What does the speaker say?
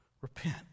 Repent